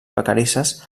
vacarisses